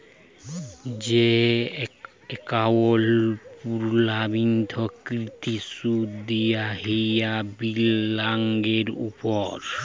যে একাউল্টে পুর্লাবৃত্ত কৃত সুদ দিয়া হ্যয় বিলিয়গের উপর